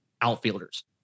outfielders